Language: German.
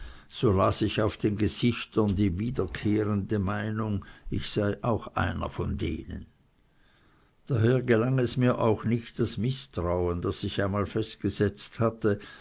so las ich auf den gesichtern die wiederkehrende meinung ich sei auch einer von denen daher gelang es mir auch nicht das mißtrauen das sich einmal festgesetzt hatte